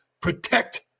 protect